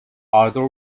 aldo